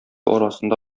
арасында